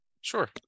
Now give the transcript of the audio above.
Sure